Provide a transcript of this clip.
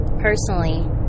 personally